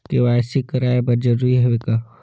KYC कराय बर जरूरी हवे का?